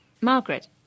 Margaret